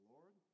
Lord